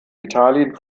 italien